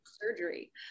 surgery